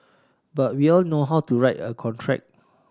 but we all know how to write a contract